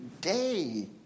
day